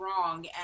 wrong